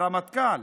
הרמטכ"ל,